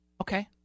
Okay